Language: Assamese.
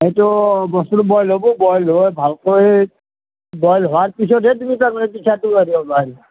সেইটো বস্তুটো বইল হ'ব বইল হৈ ভালকৈ বইল হোৱাৰ পিছতহে তুমি তাৰমানে পিঠাটো হেৰি কৰিব পাৰিবা